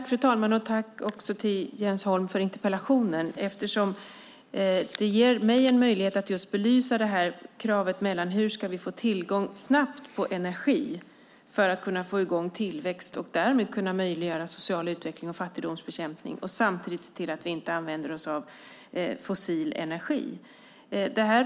Fru talman! Tack till Jens Holm för interpellationen! Den ger mig en möjlighet att belysa kravet på att snabbt få tillgång till energi för att kunna få i gång tillväxt och därmed kunna möjliggöra social utveckling och fattigdomsbekämpning och samtidigt se till att vi inte använder oss av fossil energi.